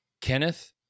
Kenneth